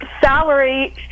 Salary